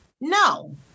No